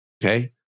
Okay